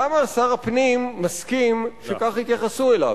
למה שר הפנים מסכים שכך יתייחסו אליו?